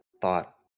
thought